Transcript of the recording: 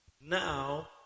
Now